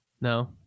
No